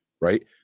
right